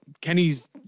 kenny's